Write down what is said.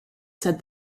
said